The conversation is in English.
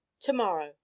tomorrow